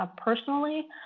Personally